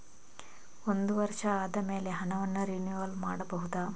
ಒಂದು ವರ್ಷ ಆದಮೇಲೆ ಹಣವನ್ನು ರಿನಿವಲ್ ಮಾಡಬಹುದ?